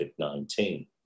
COVID-19